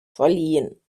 verliehen